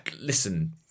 listen